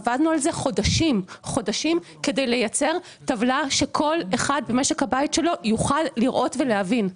עבדנו חודשים כדי לייצר טבלה שכל אחד במשק הבית שלו יוכל לראות ולהבין.